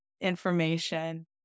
information